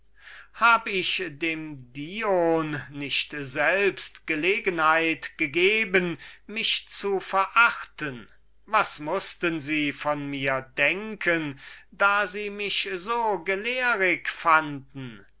hab ich dem dion nicht selbst gelegenheit gegeben mich zu verachten was mußten sie von mir denken da sie mich so willig und gelehrig fanden